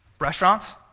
Restaurants